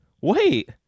wait